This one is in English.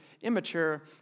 immature